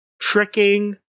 tricking